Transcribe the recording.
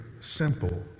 simple